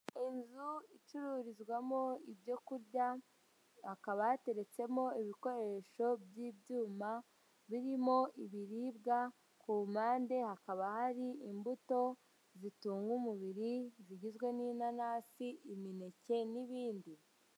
Inzu icururizwamo ibyo kurya, hakaba yateretsemo ibikoresho by'ibyuma birimo ibiribwa, ku mpande hakaba hari imbuto zitunga umubiri zigizwe n'inanasi, imineke n'ibindi.